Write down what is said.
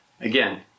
Again